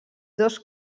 dos